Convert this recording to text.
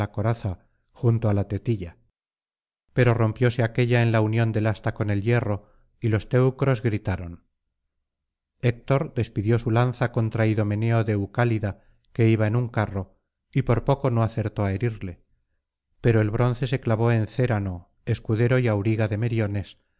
coraza junto á la tetilla pero rompióse aquélla en la unión del asta con el hierro y los teucros gritaron héctor despidió su lanza contra idomeneo deucálida que iba en un carro y por poco no acertó á herirle pero el bronce se clavó en cérano escudero y auriga de meriones